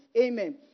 Amen